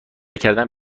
کردن